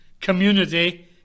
community